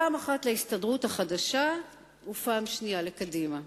פעם אחת להסתדרות החדשה ופעם שנייה לקדימה.